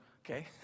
okay